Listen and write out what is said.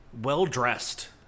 well-dressed